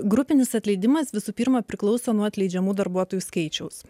grupinis atleidimas visų pirma priklauso nuo atleidžiamų darbuotojų skaičiaus